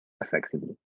effectively